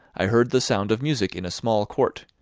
i heard the sound of music in a small court,